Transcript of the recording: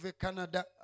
Canada